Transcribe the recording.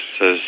says